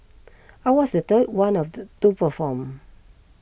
I was the third one of the to perform